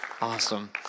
Awesome